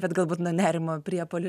bet galbūt nerimo priepuolis